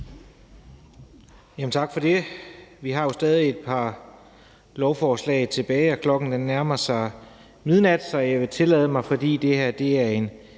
Tak for det. Vi har jo stadig et par lovforslag tilbage, og klokken nærmer sig midnat, så jeg vil tillade mig, fordi det her er en